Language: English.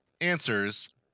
answers